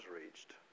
reached